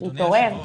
להתעורר.